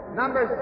number